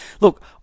Look